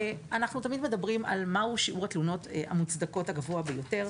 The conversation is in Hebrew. אנחנו תמיד מדברים על מהו שיעור התלונות המוצדקות הגבוה ביותר.